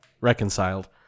reconciled